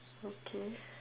okay